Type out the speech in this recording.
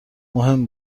مهم